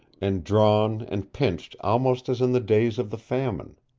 and drawn and pinched almost as in the days of the famine.